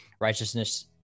righteousness